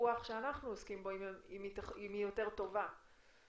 בפיקוח שאנחנו עוסקים בו אם הוא יותר טוב.